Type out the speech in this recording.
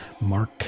Mark